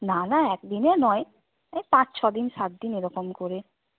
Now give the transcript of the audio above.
না না এক দিনে নয় ওই পাঁচ ছদিন সাত দিন এরকম করে